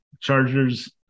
Chargers